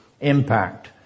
impact